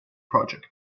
project